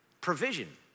Provision